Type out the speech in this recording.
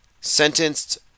Sentenced